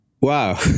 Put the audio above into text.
Wow